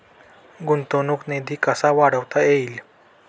गुंतवणूक निधी कसा वाढवता येईल?